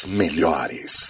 melhores